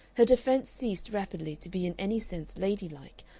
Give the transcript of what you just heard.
her defence ceased rapidly to be in any sense ladylike,